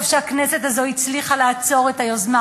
טוב שהכנסת הזאת הצליחה לעצור את היוזמה